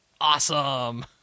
Awesome